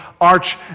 arch